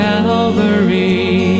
Calvary